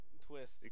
twist